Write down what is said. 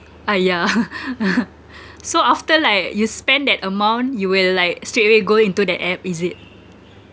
uh yeah so after like you spend that amount you will like straightaway go into the app is it